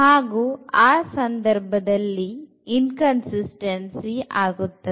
ಹಾಗು ಆ ಸಂದರ್ಭದಲ್ಲಿ ಇನ್ಕನ್ಸಿಸ್ಟನ್ಸಿ ಆಗುತ್ತದೆ